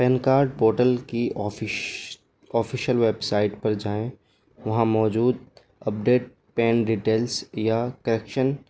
pain card portal کی آفش official website پر جائیں وہاں موجود اپڈیٹ پین ڈیٹیلس یا کریکشن